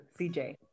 CJ